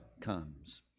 comes